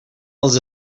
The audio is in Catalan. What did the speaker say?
els